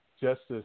Justice